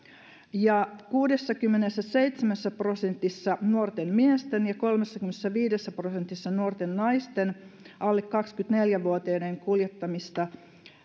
ja kuudessakymmenessäseitsemässä prosentissa nuorten miesten ja kolmessakymmenessäviidessä prosentissa nuorten naisten alle kaksikymmentäneljä vuotiaiden kuljettamista